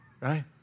right